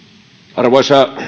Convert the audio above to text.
arvoisa